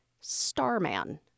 Starman